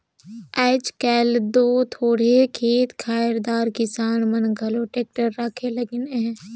आएज काएल दो थोरहे खेत खाएर दार किसान मन घलो टेक्टर राखे लगिन अहे